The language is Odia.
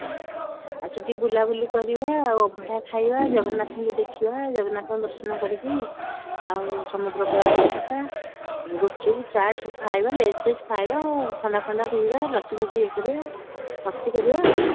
ହଁ ଆଉ ସେଠି ବୁଲାବୁଲି କରିବା ଅଭଡ଼ା ଖାଇବା ଜଗନ୍ନାଥଙ୍କୁ ଦେଖିବା ଜଗନ୍ନାଥଙ୍କ ଦର୍ଶନ କରିକି ଆଉ ସମୁଦ୍ରକୂଳ ଆଡ଼େ ଯିବା ଗୁପ୍ଚୁପ୍ ଚାଟ୍ ସବୁ ଖାଇବା ଲେଜ୍ଫେଜ୍ ଖାଇବା ଥଣ୍ଡାଫଣ୍ଡା ପିଇବା ଲସିଫସି ଇଏ କରିବା ମସ୍ତି କରିବା ଆଉ